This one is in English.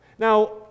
Now